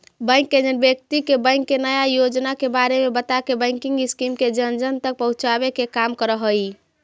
bank agent व्यक्ति के bank के नया योजना के बारे में बताके बैंकिंग स्कीम के जन जन तक पहुंचावे के काम करऽ हइ